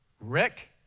Rick